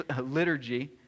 liturgy